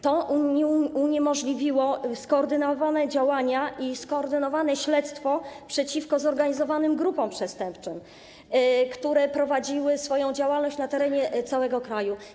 To uniemożliwiło skoordynowane działania i skoordynowane śledztwo przeciwko zorganizowanym grupom przestępczym, które prowadziły działalność na terenie całego kraju.